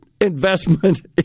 investment